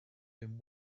been